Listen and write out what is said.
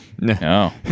No